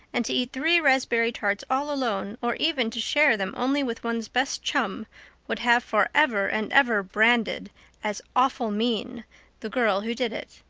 and to eat three raspberry tarts all alone or even to share them only with one's best chum would have forever and ever branded as awful mean the girl who did it.